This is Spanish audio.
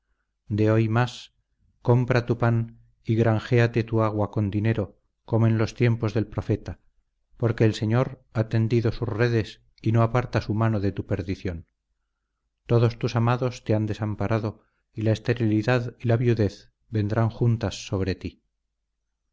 de hoy más compra tu pan y granjéate tu agua con dinero como en los tiempos del profeta porque el señor ha tendido sus redes y no aparta su mano de tu perdición todos tus amados te han desamparado y la esterilidad y la viudez vendrán juntas sobre ti